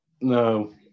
No